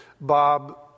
Bob